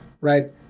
right